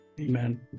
amen